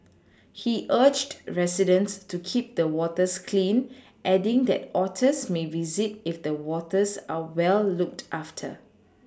he urged residents to keep the waters clean adding that otters may visit if the waters are well looked after